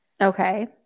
okay